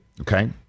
Okay